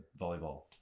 volleyball